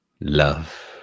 love